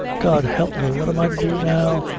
god help me, what am i to do now,